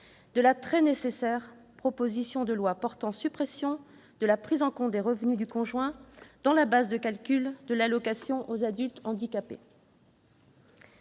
de la très nécessaire proposition de loi portant suppression de la prise en compte des revenus du conjoint dans la base de calcul de l'allocation aux adultes handicapés.